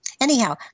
Anyhow